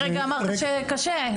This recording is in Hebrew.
לפני רגע אמרת שקשה.